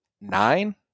nine